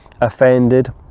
offended